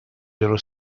dello